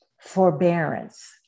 forbearance